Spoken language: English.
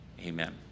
amen